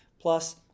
Plus